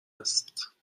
هست